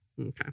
okay